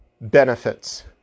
benefits